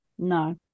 No